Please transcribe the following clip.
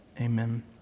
Amen